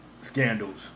scandals